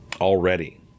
already